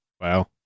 wow